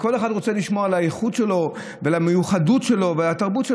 כל אחד רוצה לשמור על הייחוד שלו ועל המיוחדות שלו ועל התרבות,